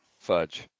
Fudge